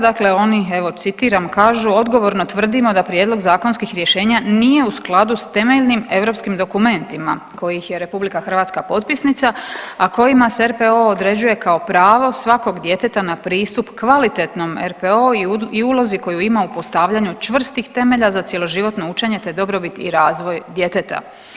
Dakle oni, evo citiram, kažu: „Odgovorno tvrdimo da Prijedlog zakonskih rješenja nije u skladu s temeljnim europskim dokumentima kojih je Republika Hrvatska potpisnica, a kojima se RPO određuje kao pravo svakog djeteta na pristup kvalitetnom RPO-u i ulozi koju ima u postavljanju čvrstih temelja za cjeloživotno učenje te dobrobit i razvoj djeteta.